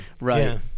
Right